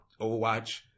overwatch